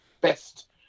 best